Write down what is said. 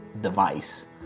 device